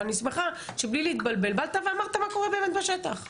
אבל אני שמחה שבלי להתבלבל באת ואמרת מה קורה באמת בשטח.